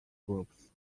groups